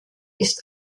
ist